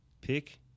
Pick